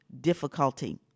difficulty